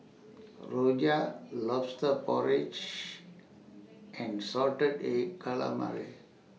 Rojak Lobster Porridge and Salted Egg Calamari